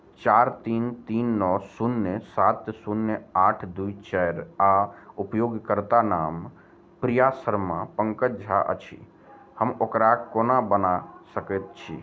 चारि तीन तीन नओ शून्य सात शून्य आठ दू चारि आ उपयोगकर्ता नाम प्रिया शर्मा पङ्कज झा अछि हम ओकरा कोना बना सकैत छी